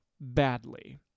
badly